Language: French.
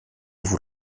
vous